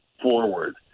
forward